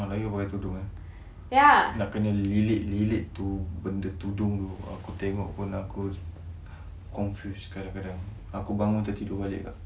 ah lagi pakai tudung eh nak kena lilit lilit tu benda tudung tu aku tengok pun aku confuse kadang-kadang aku bangun tertidur balik ah